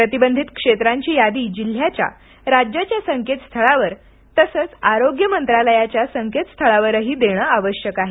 प्रतिबंधित क्षेत्रांची यादी जिल्ह्याच्या राज्याच्या संकेत स्थळांवर तसंच आरोग्य मंत्रालयाच्या संकेत स्थळावरही देण आवश्यक आहे